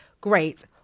great